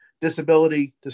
disability